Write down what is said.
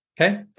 Okay